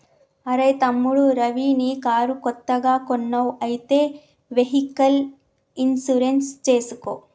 అరెయ్ తమ్ముడు రవి నీ కారు కొత్తగా కొన్నావ్ అయితే వెహికల్ ఇన్సూరెన్స్ చేసుకో